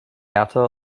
outer